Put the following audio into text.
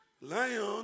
Lion